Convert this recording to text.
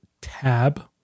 tab